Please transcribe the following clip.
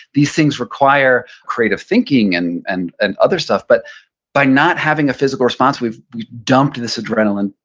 these things require creative thinking and and and other stuff, but by not having a physical response, we've dumped this adrenaline,